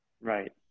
right